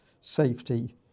safety